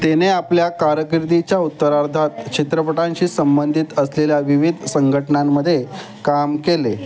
तिने आपल्या कारकिर्दीच्या उत्तरार्धात चित्रपटांशी संबंधित असलेल्या विविध संघटनांमध्ये काम केले